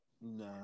no